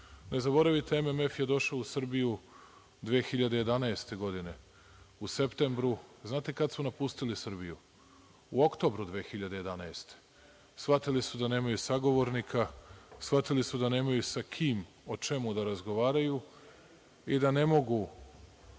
Ne zaboravite, MMF je došao u Srbiju 2011. godine, u septembru. Znate li kad su napustili Srbiju? U oktobru 2011. godine. Shvatili su da nemaju sagovornika, shvatili su da nemaju sa kim o čemu da razgovaraju i da ne mogu